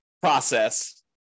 process